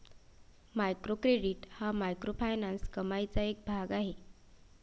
micro credit हा microfinance कमाईचा एक भाग आहे